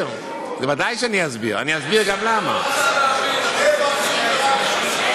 מה זה קשור?